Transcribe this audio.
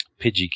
Pidgey